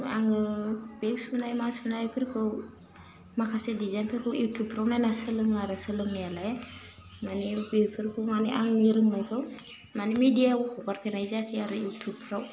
आङो बेग सुनाय मा सुनायफोरखौ माखासे डिजाइनफोरखौ इउटुबफ्राव नायना सोलोङो आरो सोलोंनायालाय मानि बेफोरखौ मानि आंनि रोंनायखौ मानि मेडियाव हगारफेरनाय जायाखै आरो इउटुबफ्राव